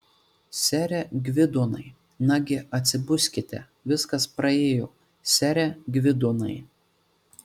sere gvidonai nagi atsibuskite viskas praėjo sere gvidonai